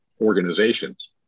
organizations